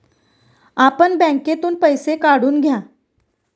आपण बँकेतून पैसे काढून घ्या